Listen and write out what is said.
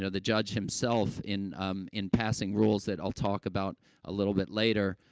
you know the judge himself, in, um in passing rules that i'll talk about a little bit later,